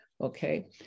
okay